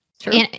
True